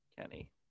Kenny